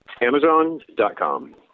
Amazon.com